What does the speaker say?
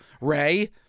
Ray